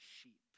sheep